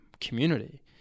community